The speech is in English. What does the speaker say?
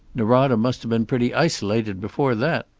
norada must have been pretty isolated before that.